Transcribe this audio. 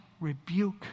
rebuke